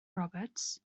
roberts